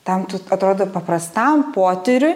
ten tu atrodo paprastam potyriu